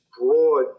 broad